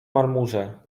marmurze